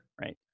right